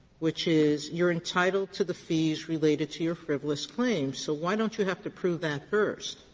which is you're entitled to the fees related to your frivolous claim, so why don't you have to prove that first?